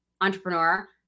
entrepreneur